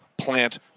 Plant